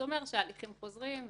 זה אומר שההליכים חוזרים,